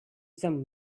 some